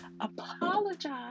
apologize